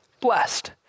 blessed